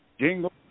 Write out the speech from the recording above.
Jingle